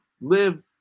live